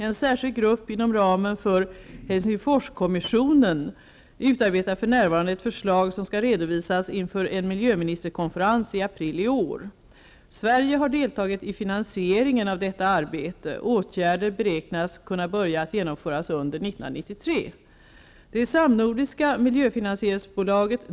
En särskild grupp inom ramen för Helsingforskommissionen utarbetar för närvarande ett förslag som skall redovisas inför en miljöministerkonferens i april i år. Sverige har deltagit i finansieringen av detta arbete. Åtgärder beräknas kunna börja att genomföras under 1993.